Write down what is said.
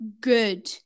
good